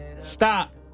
Stop